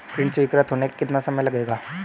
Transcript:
ऋण स्वीकृत होने में कितना समय लगेगा?